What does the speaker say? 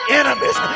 enemies